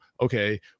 okay